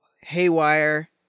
haywire